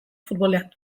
futbolean